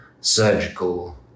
surgical